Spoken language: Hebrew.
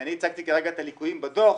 אני הצגתי כרגע את הליקויים בדו"ח,